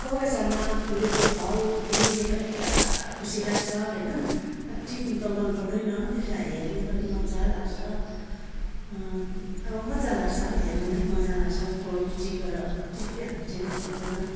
बगैँचामा फुलेको फल फुल देखेर पुरा खुसी लाग्छ होइन अब टिप्नु त मन पर्दैन त्यसलाई हेर्नु पनि मज्जा लाग्छ अब मज्जा लाग्छ हेर्नु नै मजा लाग्छ ब टिपेर टिपिहाल्नु चाहिँ मन पर्दैन